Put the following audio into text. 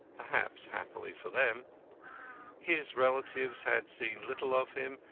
perhaps happily for them his relatives had seen little of him,